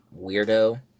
weirdo